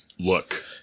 look